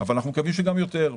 אבל אנחנו מקווים שגם יותר.